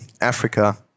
Africa